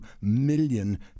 million